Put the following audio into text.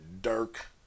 Dirk